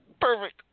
Perfect